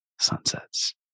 sunsets